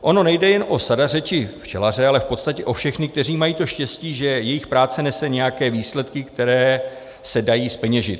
Ono nejde jen o sadaře či včelaře, ale v podstatě o všechny, kteří mají to štěstí, že jejich práce nese nějaké výsledky, které se dají zpeněžit.